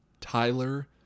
Tyler